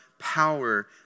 power